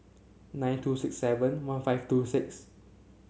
nine two six seven one five two six